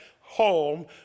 home